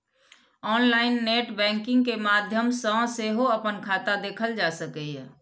online net banking के माध्यम सं सेहो अपन खाता देखल जा सकैए